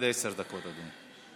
בבקשה, עד עשר דקות, אדוני.